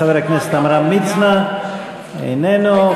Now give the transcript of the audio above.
חבר הכנסת עמרם מצנע, איננו.